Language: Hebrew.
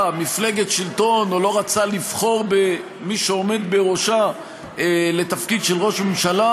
מפלגת שלטון או לא רצה לבחור במי שעומד בראשה לתפקיד ראש ממשלה,